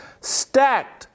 stacked